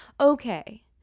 okay